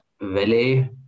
valley